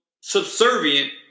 subservient